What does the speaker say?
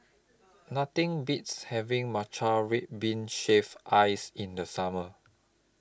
Nothing Beats having Matcha Red Bean Shaved Ice in The Summer